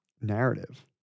narrative